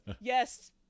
yes